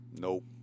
Nope